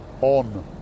on